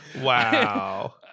Wow